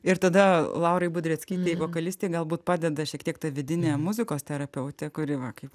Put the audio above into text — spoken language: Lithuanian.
ir tada laurai budreckytei vokalistei galbūt padeda šiek tiek ta vidinė muzikos terapeutė kuri va kaip